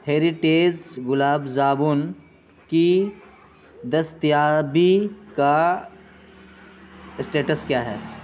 ہیریٹیز گلاب جامن کی دستیابی کا اسٹیٹس کیا ہے